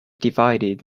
divided